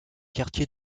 quartier